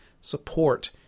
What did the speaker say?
support